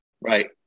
Right